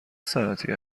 ساعتی